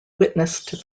witnessed